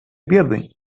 pierden